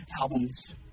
albums